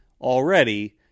already